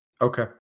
Okay